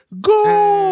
go